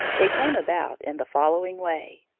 it came about in the following way.